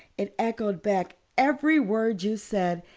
it echoed back every word you said,